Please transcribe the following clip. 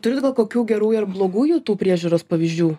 turit gal kokių gerųjų ar blogųjų tų priežiūros pavyzdžių